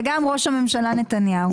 וגם ראש הממשלה נתניהו.